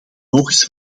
logisch